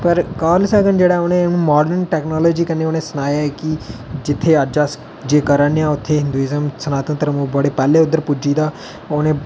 पर कार्लसैगन जेह्ड़ा उ'नें मार्डन टेक्नोलोजी कन्नै सनाया ऐ कि जित्थे अज्ज अस जी करा ने आं उत्थै हिंदुइज़म सनातन धर्म बड़े पैहले उत्थै पुज्जी गेदा हा